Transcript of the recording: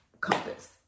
compass